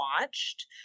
watched